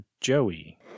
joey